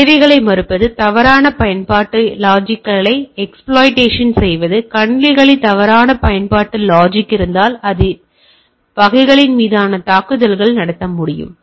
சேவைகளை மறுப்பது தவறான பயன்பாட்டு லாஜிக்கை எக்ஸ்பிளோய்டேஷன் செய்வது கணினிகளில் தவறான பயன்பாட்டு லாஜிக் இருந்தால் அது இருந்தால் நான் வகைகளின் மீது தாக்குதல் நடத்த முடியும்